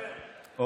את זה נראה כשתקבל.